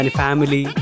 family